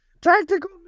Tactical